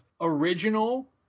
original